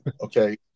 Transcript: okay